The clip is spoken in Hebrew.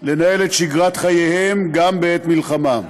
לנהל את שגרת חייהם גם בעת מלחמה.